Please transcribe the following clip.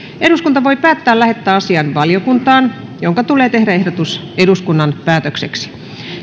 eduskunta voi päättää lähettää asian valiokuntaan jonka tulee tehdä ehdotus eduskunnan päätökseksi